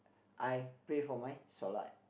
I pray for my solat